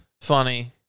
funny